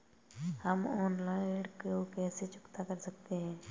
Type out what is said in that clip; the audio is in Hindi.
हम ऑनलाइन ऋण को कैसे चुकता कर सकते हैं?